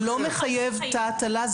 זה לא מחייב תא הטלה.